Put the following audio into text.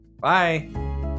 Bye